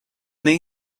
then